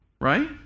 Right